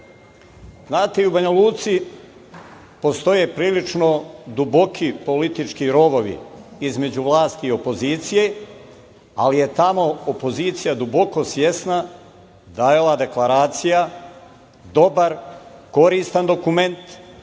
62.Znate, i u Banjaluci postoje prilično duboki politički rovovi između vlasti i opozicije, ali je tamo opozicija duboko svesna da je ova Deklaracija dobar, koristan dokument,